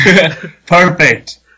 Perfect